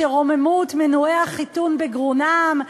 שרוממות מנועי החיתון בגרונם,